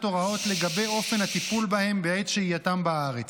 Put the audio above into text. הוראות לגבי אופן הטיפול בהם בעת שהייתם בארץ.